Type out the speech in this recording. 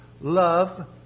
love